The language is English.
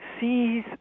sees